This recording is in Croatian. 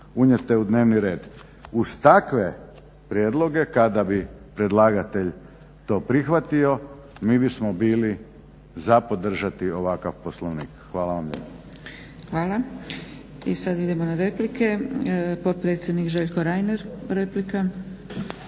unijete u dnevni red. Uz takve prijedloge kada bi predlagatelj to prihvatio mi bismo bili za podržati ovakav Poslovnik. Hvala vam lijepo. **Zgrebec, Dragica (SDP)** Hvala. I sad idemo na replike. Potpredsjednik Željko Reiner, replika.